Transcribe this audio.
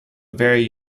very